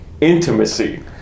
intimacy